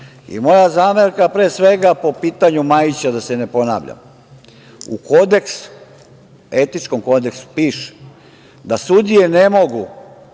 radi. Moja zamerka, pre svega, po pitanju Majića, da se ne ponavljam, u Etičkom kodeksu piše da sudije ne mogu